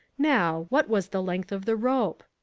now, what was the length of the rope?